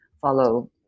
follow